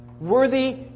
Worthy